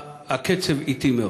הקצב אטי מאוד.